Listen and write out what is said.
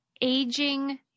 aging